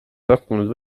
pakkunud